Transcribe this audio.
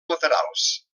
laterals